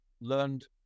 learned